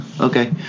Okay